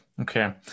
Okay